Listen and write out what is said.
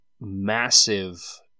massive